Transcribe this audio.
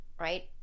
right